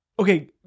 Okay